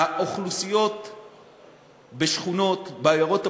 האוכלוסיות בשכונות, בעיירות הפיתוח,